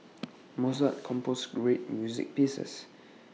Mozart composed great music pieces